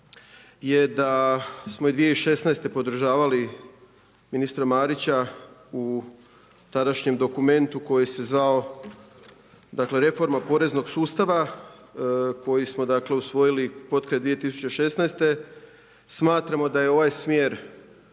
je da smo 2016. podržavali ministra Marića u tadašnjem dokumentu koji se zvao Reforma poreznog sustava koji smo usvojili potkraj 2016., smatramo da je ovaj smjer